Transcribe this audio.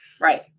Right